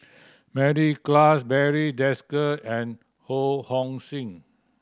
Mary Klass Barry Desker and Ho Hong Sing